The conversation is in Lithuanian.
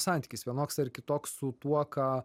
santykis vienoks ar kitoks su tuo ką